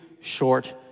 short